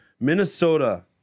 Minnesota